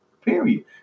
period